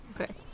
Okay